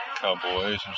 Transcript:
cowboys